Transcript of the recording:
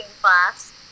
class